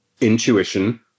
intuition